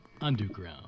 Underground